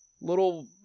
little